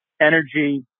energy